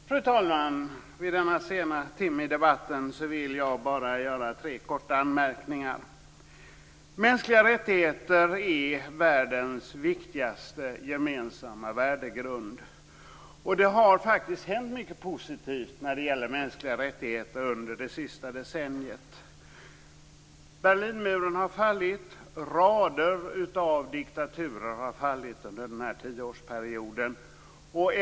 Fru talman! Vid denna sena timme i debatten vill jag bara göra tre korta anmärkningar. Mänskliga rättigheter är världens viktigaste gemensamma värdegrund. Det har faktiskt hänt mycket positivt när det gäller mänskliga rättigheter under det senaste decenniet. Berlinmuren har fallit. Rader av diktaturer har fallit under denna tioårsperiod.